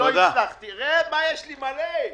רגע, יש לי מלא.